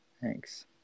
Thanks